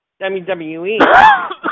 WWE